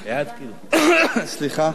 סליחה,